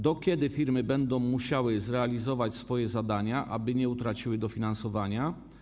Do kiedy firmy będą musiały zrealizować swoje zadania, aby nie utraciły dofinansowania?